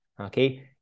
Okay